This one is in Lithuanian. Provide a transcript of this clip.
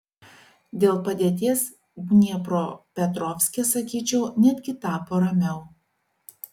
dėl padėties dniepropetrovske sakyčiau netgi tapo ramiau